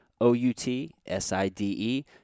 o-u-t-s-i-d-e